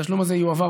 התשלום הזה יועבר,